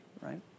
right